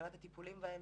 מבחינת הטיפולים בהן,